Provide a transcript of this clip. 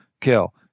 Kill